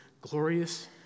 glorious